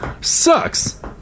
sucks